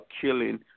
killing